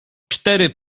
cztery